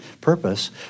purpose